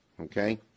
Okay